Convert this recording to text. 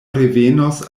revenos